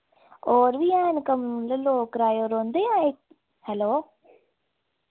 और बी हैन कमरे लोक कराये पर रौंह्नदे जां इक हैल्लो